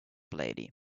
lady